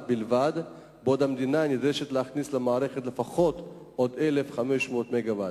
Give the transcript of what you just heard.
בלבד בעוד המדינה נדרשת להכניס למערכת לפחות עוד 1,500 מגוואט,